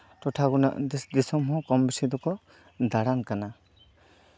ᱴᱚᱴᱷᱟ ᱵᱩᱱᱟᱹᱜ ᱫᱮᱥ ᱫᱤᱥᱚᱢ ᱦᱚᱸ ᱠᱚᱢ ᱵᱮᱥᱤ ᱫᱚᱠᱚ ᱫᱟᱬᱟᱱ ᱠᱟᱱᱟ